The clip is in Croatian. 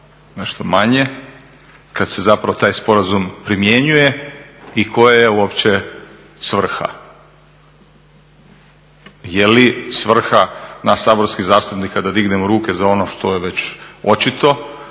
nešto manje, kad se zapravo taj sporazum primjenjuje i koja je uopće svrha. Je li svrha nas saborskih zastupnika da dignemo ruke za ono što je već očito?